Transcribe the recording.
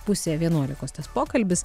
pusė vienuolikos tas pokalbis